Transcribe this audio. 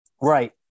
Right